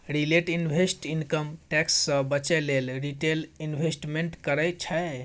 retail investor income tax सँ बचय लेल रिटेल इंवेस्टमेंट करय छै